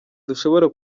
dushobora